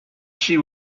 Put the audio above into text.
she